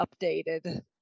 updated